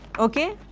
ok?